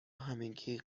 همگی